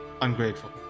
ungrateful